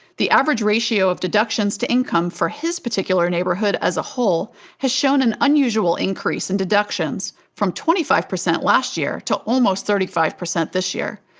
the average ratio of deductions to income for his particular neighborhood as a whole has shown an unusual increase in deductions from twenty five percent last year to almost thirty five percent this year.